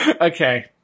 okay